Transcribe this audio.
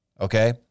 okay